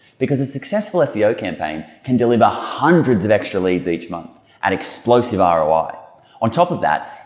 because a successful seo campaign can deliver hundreds of extra leads each month and explosive ah roi. on top of that,